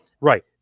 Right